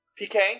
PK